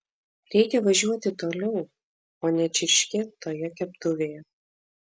reikia važiuoti toliau o ne čirškėt toje keptuvėje